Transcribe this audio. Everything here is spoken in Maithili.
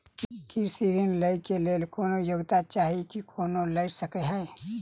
कृषि ऋण लय केँ लेल कोनों योग्यता चाहि की कोनो लय सकै है?